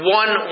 one